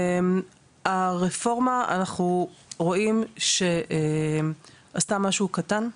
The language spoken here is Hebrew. הרפורמה אנחנו רואים שעשתה משהו קטן.